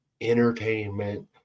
entertainment